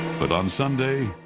but on sunday,